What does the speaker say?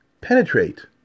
penetrate